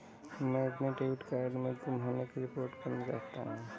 मैं अपने debit card के गुम होने की रिपोर्ट करना चाहता हूँ